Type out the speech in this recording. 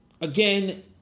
again